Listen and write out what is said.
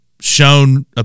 shown